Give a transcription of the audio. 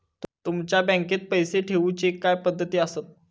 तुमच्या बँकेत पैसे ठेऊचे काय पद्धती आसत?